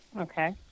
Okay